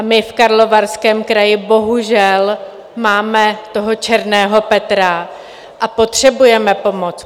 My v Karlovarském kraji bohužel máme toho černého Petra a potřebujeme pomoc.